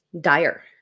dire